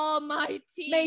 Almighty